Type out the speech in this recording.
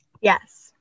Yes